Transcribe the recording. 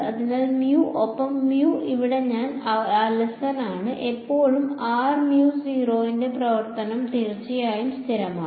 അതിനാൽ ഒപ്പം ഇവിടെ ഞാൻ അലസനാണ് ഇപ്പോഴും r ന്റെ പ്രവർത്തനം തീർച്ചയായും സ്ഥിരമാണ്